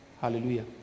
Hallelujah